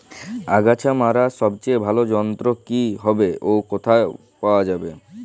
আগাছা মারার সবচেয়ে ভালো যন্ত্র কি হবে ও কোথায় পাওয়া যাবে?